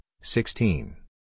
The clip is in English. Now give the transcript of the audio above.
sixteen